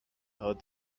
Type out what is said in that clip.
heard